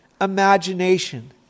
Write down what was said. imagination